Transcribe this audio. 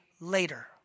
later